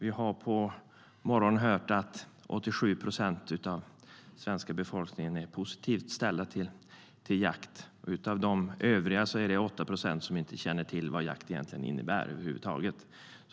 I dag på morgonen har vi hört att 87 procent av den svenska befolkningen är positivt ställd till jakt. Av de övriga känner 8 procent inte till vad jakt innebär över huvud taget.